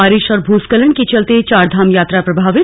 बारिश और भूस्खलन के चलते चारधाम यात्रा प्रभावित